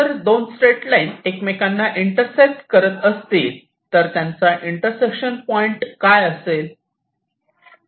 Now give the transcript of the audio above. जर दोन straight lines एकमेकांना इंटरसेक्ट करत असते तर त्यांचा इंटरसेक्शन पॉईंट काय असेल